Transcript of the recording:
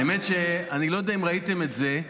האמת היא שאני לא יודע אם ראיתם את זה,